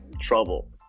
Trouble